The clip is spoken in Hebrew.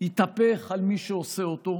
יתהפך על מי שעושה אותו,